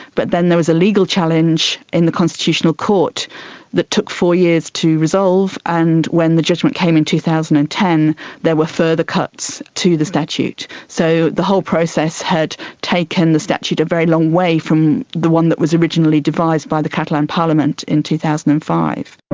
but then there was a legal challenge in the constitutional court that took four years to resolve, and when the judgement came in two thousand and ten there were further cuts to the statute. so the whole process had taken the statute a very long way from the one that was originally devised by the catalan parliament in two thousand and five.